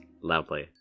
loudly